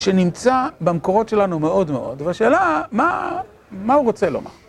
שנמצא במקורות שלנו מאוד מאוד, והשאלה, מה הוא רוצה לומר?